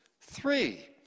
three